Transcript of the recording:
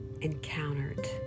encountered